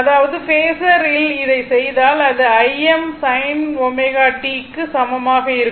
அதாவது பேஸர் இல் இதை செய்தால் அது Im sin t க்கு சமமாக இருக்கும்